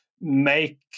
make